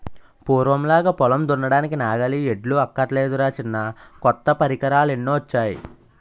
పూర్వంలాగా పొలం దున్నడానికి నాగలి, ఎడ్లు అక్కర్లేదురా చిన్నా కొత్త పరికరాలెన్నొచ్చేయో